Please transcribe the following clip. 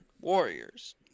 warriors